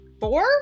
four